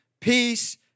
peace